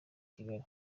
kigali